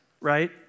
right